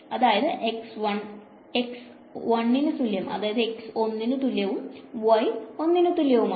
അതായത് x1 ക്കു തുല്യമാണ് y യും 1 ന് തുല്യമാണ്